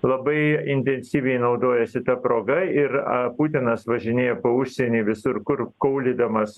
labai intensyviai naudojasi ta proga ir putinas važinėja po užsienį visur kur kaulydamas